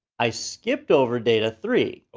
i skipped over data three, ah